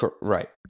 right